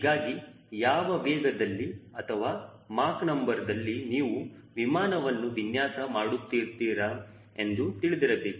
ಹೀಗಾಗಿ ಯಾವ ವೇಗದಲ್ಲಿ ಅಥವಾ ಮಾಕ್ ನಂಬರ್ದಲ್ಲಿ ನೀವು ವಿಮಾನವನ್ನು ವಿನ್ಯಾಸ ಮಾಡುತ್ತಿದ್ದೀರಾ ಎಂದು ತಿಳಿದಿರಬೇಕು